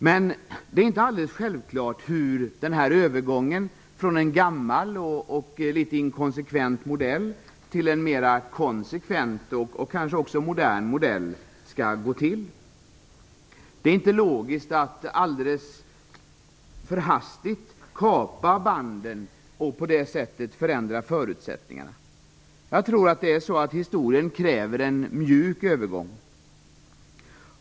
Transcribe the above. Men det är inte alldeles självklart hur den här övergången, från en gammal och litet inkonsekvent modell till en mera konsekvent och kanske också modern modell, skall gå till. Det är inte logiskt att alldeles för hastigt kapa banden och på det sättet förändra förutsättningarna. Jag tror att det är så att historien kräver en mjuk övergång.